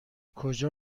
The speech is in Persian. کجا